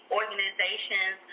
organizations